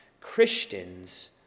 Christians